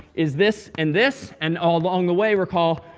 is this and this, and all along the way, recall,